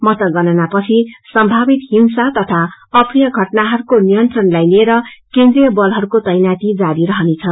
मतगणानापछि संभावित हिंसा तथा अप्रिय घटनाहरूको नियन्त्रणलाई लिएर केन्द्रीय बलहरूको तैनाती जारी रहनेछ